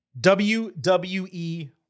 WWE